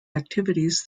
activities